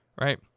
right